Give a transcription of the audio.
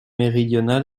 méridional